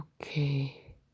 Okay